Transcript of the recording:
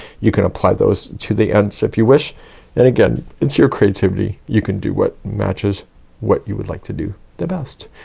you can apply those to the ends if you wish and again, it's your creativity you can do what matches what you would like to do the best.